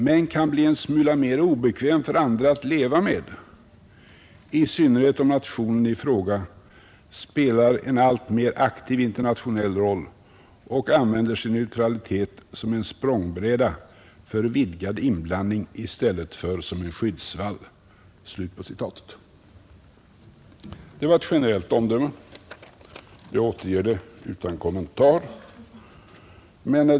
Man kan bli en smula obekväm för andra att leva med, i synnerhet om nationen i fråga spelar en alltmer aktiv internationell roll och använder sin neutralitet som en språngbräda för vidgad inblandning i stället för som en skyddsvall.” Det var ett generellt omdöme. Jag återger det utan kommentar.